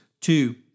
Two